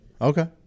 Okay